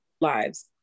lives